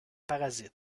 parasites